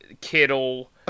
Kittle